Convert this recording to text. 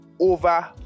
over